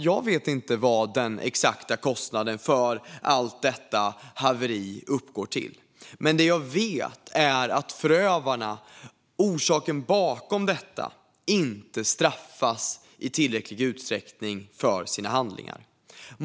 Jag vet inte vad den exakta kostnaden för detta haveri uppgår till, fru talman. Men jag vet att förövarna, orsaken till detta, inte straffas för sina handlingar i tillräcklig utsträckning.